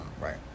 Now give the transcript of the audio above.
right